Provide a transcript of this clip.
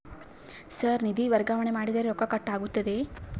Sir ನಿಧಿ ವರ್ಗಾವಣೆ ಮಾಡಿದರೆ ರೊಕ್ಕ ಕಟ್ ಆಗುತ್ತದೆಯೆ?